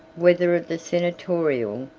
whether of the senatorial,